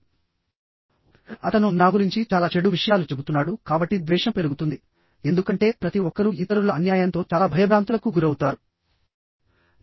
ఓహ్ అతను నా గురించి చాలా చెడు విషయాలు చెబుతున్నాడు కాబట్టి ద్వేషం పెరుగుతుంది ఎందుకంటే ప్రతి ఒక్కరూ ఇతరుల అన్యాయంతో చాలా భయభ్రాంతులకు గురవుతారు